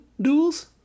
duels